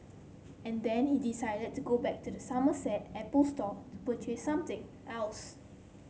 and then he decided to go back to the Somerset Apple Store to purchase something else